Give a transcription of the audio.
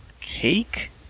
Cake